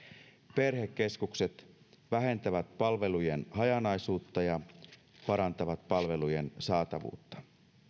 perhekeskukset vähentävät palvelujen hajanaisuutta ja parantavat palvelujen saatavuutta